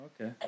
okay